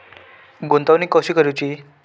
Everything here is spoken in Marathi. गुंतवणूक कशी करूची?